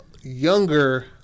younger